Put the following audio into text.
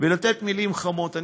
ולתת מילים חמות,